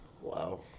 Wow